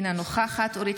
אינה נוכחת חמד עמאר,